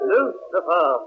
Lucifer